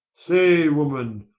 say, woman,